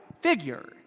figure